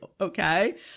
Okay